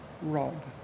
Rob